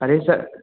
अरे स